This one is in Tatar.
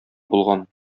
булган